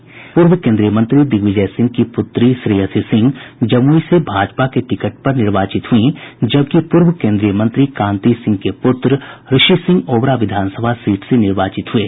उधर पूर्व केन्द्रीय मंत्री दिग्विजय सिंह की पूत्री श्रेयसी सिंह जमुई से भाजपा के टिकट पर निर्वाचित हुई जबकि पूर्व केन्द्रीय मंत्री कांति सिंह के पुत्र ऋषि सिंह ओबरा विधानसभा सीट से निर्वाचित हुये